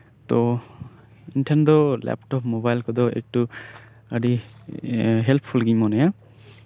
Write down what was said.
ᱛᱚ ᱤᱧ ᱴᱷᱮᱱ ᱫᱚ ᱞᱮᱯᱴᱚᱯ ᱢᱳᱵᱟᱭᱤᱞ ᱠᱚᱫᱚ ᱮᱠᱴᱩ ᱟᱹᱰᱤ ᱦᱮᱞᱯᱯᱷᱩᱞ ᱜᱤᱧ ᱢᱚᱱᱮᱭᱟ